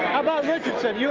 about richardson? you